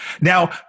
Now